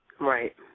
Right